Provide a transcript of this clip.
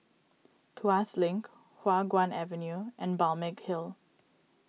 Tuas Link Hua Guan Avenue and Balmeg Hill